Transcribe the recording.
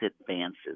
advances